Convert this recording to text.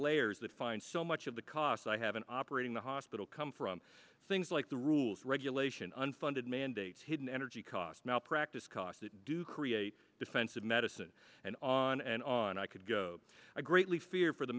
layers that find so much of the costs i have been operating the hospital come from things like the rules regulation unfunded mandates hidden energy costs malpractise costs that do create defensive medicine and on and on i could go i greatly fear for the